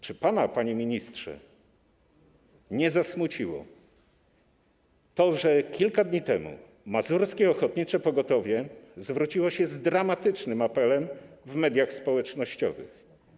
Czy pana, panie ministrze, nie zasmuciło to, że kilka dni temu mazurskie ochotnicze pogotowie zwróciło się z dramatycznym apelem w mediach społecznościowych?